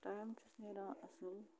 time چھُس نیران اَصٕل